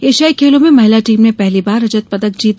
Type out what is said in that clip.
एशियार्ड खेलों में महिला टीम ने पहली बार रजत पदक जीता